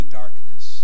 darkness